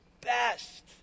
best